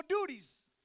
duties